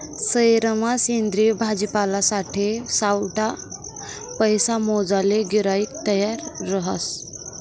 सयेरमा सेंद्रिय भाजीपालासाठे सावठा पैसा मोजाले गिराईक तयार रहास